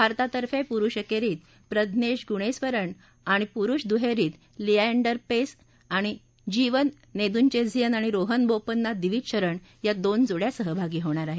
भारतातर्फे पुरुष एकेरीत प्रज्ञेश गुणेस्वरण तर पुरुष दुहेरीत लिअँडर पेस जीवन नेदुनचेझियान आणि रोहन बोपन्ना दीविज शरण या दोन जोङ्या सहभागी होणार आहेत